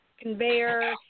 conveyor